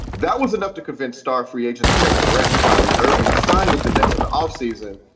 that was enough to convince star free agents kevin durant and kyrie irving to side with the nets of the off season,